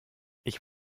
ich